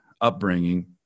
upbringing